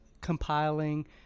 compiling